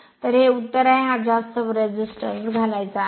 तर हे उत्तर आहे हा जास्त प्रतिकार घालायचा आहे